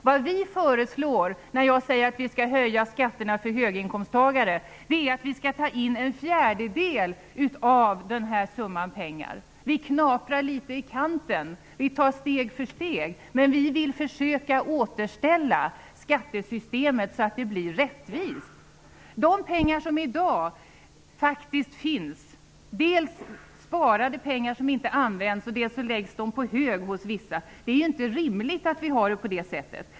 Vad vi föreslår när jag säger att vi skall höja skatterna för höginkomsttagare är att vi skall ta in en fjärdedel av den här summan, att vi skall knapra litet i kanten och ta steg för steg. Vi vill ändå försöka återställa skattesystemet så att det blir rättvist. Det handlar om de pengar som faktiskt finns i dag. Det är sparade pengar som inte används och pengar som läggs på hög hos vissa. Det är inte rimligt att ha det på det sättet.